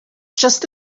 just